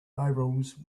overalls